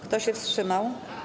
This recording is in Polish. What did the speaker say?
Kto się wstrzymał?